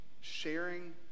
sharing